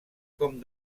com